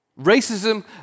Racism